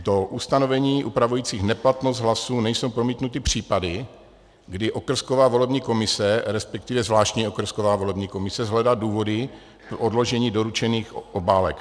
Do ustanovení upravujících neplatnost hlasů nejsou promítnuty případy, kdy okrsková volební komise, respektive zvláštní okrsková volební komise, shledá důvody pro odložení doručených obálek.